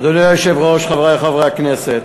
אדוני היושב-ראש, חברי חברי הכנסת,